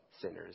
sinners